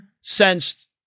sensed